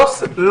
אין בעיה,